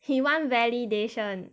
he want validation